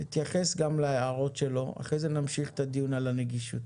תתייחס גם להערות שלו ואחר כך נמשיך את הדיון על הנגישות.